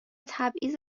تبعیض